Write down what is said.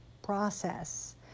Process